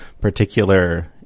particular